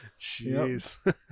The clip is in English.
jeez